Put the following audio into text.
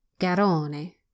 Garone